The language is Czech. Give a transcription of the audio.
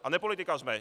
A nepolitikařme!